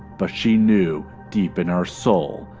but she knew, deep in her soul,